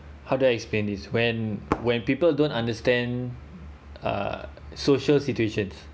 how do I explain this when when people don't understand uh social situations